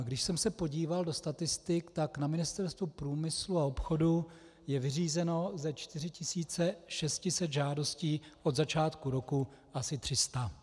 Když jsem se podíval do statistik, tak na Ministerstvu průmyslu a obchodu je vyřízeno ze 4 600 žádostí od začátku roku asi 300.